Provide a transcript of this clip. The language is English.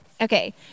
Okay